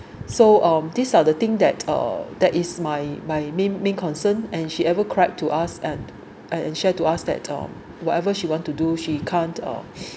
so um these are the thing that uh that is my my main main concern and she ever cried to us and and ensure to us that um whatever she wants to do she can't uh